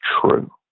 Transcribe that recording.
true